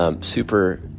Super